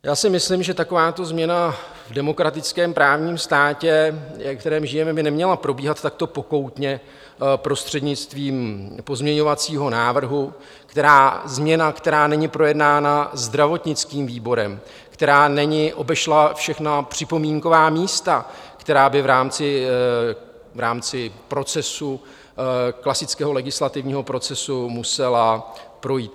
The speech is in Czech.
Já si myslím, že takováto změna v demokratickém právním státě, ve kterém žijeme, by neměla probíhat takto pokoutně prostřednictvím pozměňovacího návrhu, změna, která není projednána zdravotnickým výborem, která neobešla všechna připomínková místa, která by v rámci klasického legislativního procesu musela projít.